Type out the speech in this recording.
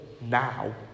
now